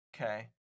Okay